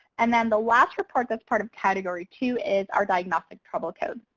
and then the last report that's part of category two is our diagnostic trouble code.